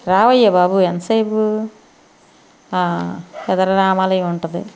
రావయ్యా బాబు ఎంతసేపు ఎదురుగా రామాలయం ఉంటుంది